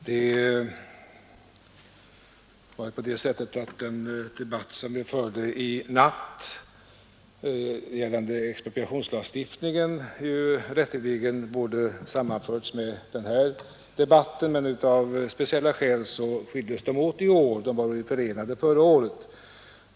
Herr talman! Den debatt vi förde i natt om expropriationslagstiftningen borde rätteligen ha sammanförts med denna debatt om fysisk riksplanering, men av speciella skäl skildes de åt i år, de var förenade förra året.